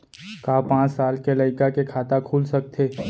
का पाँच साल के लइका के खाता खुल सकथे?